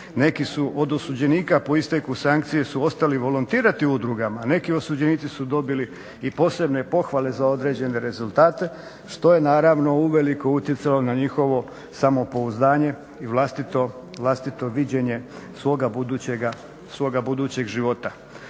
Neki su od osuđenika po isteku sankcije su ostali volontirati u udrugama, a neki osuđenici su dobili i posebne pohvale za određene rezultate što je naravno uvelike utjecalo na njihovo samopouzdanje i vlastito viđenje svoga budućeg života.